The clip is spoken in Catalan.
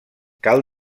cal